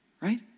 right